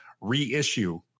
reissue